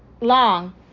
long